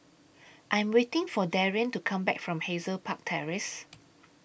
I Am waiting For Darrian to Come Back from Hazel Park Terrace